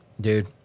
dude